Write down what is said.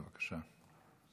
בבקשה.